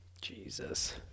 Jesus